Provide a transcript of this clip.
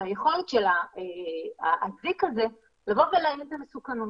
והיכולת של האזיק הזה לבוא ולהעיד על מסוכנות.